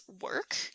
work